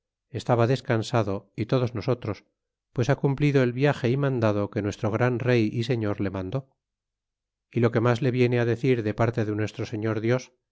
estaba descansado y todos nosotros pues ha cumplido el viaje é mando que nuestro gran rey y señor le mandó lo que mas le viene decir de parte de nuestro señor